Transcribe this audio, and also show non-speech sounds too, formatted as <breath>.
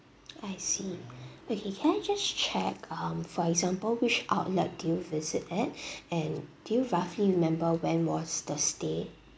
I see okay can I just check um for example which outlet did you visit at <breath> and do you roughly remember when was the stay